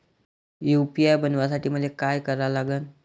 UPI बनवासाठी मले काय करा लागन?